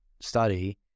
study